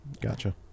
Gotcha